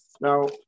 Now